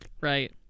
right